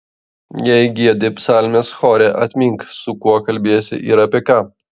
jei giedi psalmes chore atmink su kuo kalbiesi ir apie ką